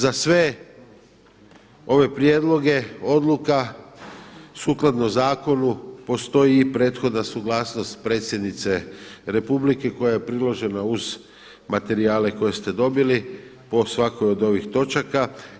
Za sve ove prijedloge odluka sukladno zakonu postoji i prethodna suglasnost predsjednike Republike koja je priložena uz materijale koje ste dobili po svakoj od ovih točaka.